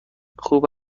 خوب